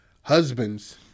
husbands